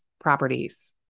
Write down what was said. properties